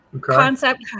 concept